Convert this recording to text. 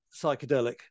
psychedelic